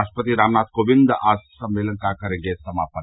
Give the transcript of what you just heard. राष्ट्रपति रामनाथ कोविंद आज सम्मेलन का करेंगे समापन